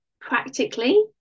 practically